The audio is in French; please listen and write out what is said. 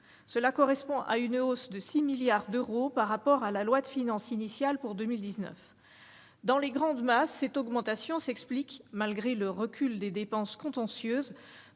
Ils représentent une hausse de 6 milliards d'euros par rapport à la loi de finances initiale pour 2019. Dans les grandes masses, cette augmentation s'explique, malgré le recul des dépenses contentieuses,